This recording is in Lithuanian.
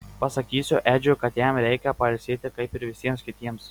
pasakysiu edžiui kad jam reikia pailsėti kaip ir visiems kitiems